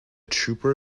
trooper